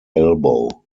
elbow